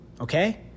Okay